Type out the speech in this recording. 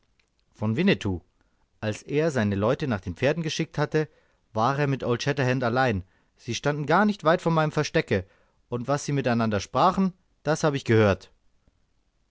von winnetou als er seine leute nach den pferden geschickt hatte war er mit old shatterhand allein sie standen gar nicht weit von meinem verstecke und was sie miteinander sprachen das habe ich gehört